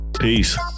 Peace